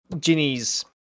Ginny's